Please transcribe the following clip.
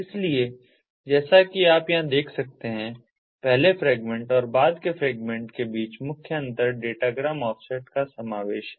इसलिए जैसा कि आप यहां देख सकते हैं पहले फ्रेगमेंट और बाद के फ्रेगमेंट के बीच मुख्य अंतर डेटाग्राम ऑफसेट का समावेश है